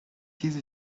میوه